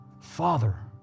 Father